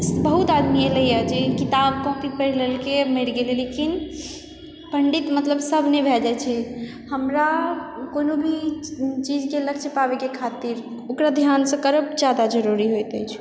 बहुत आदमी एलय जे किताब कॉपी पढ़ि लेलकै मरि गेलय लेकिन पण्डित मतलब सभ नहि भए जाइत छै हमरा कोनो भी चीजके लक्ष्य पाबयके खातिर ओकरा ध्यानसँ करब जादा जरुरी होइत अछि